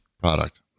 product